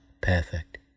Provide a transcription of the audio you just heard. perfect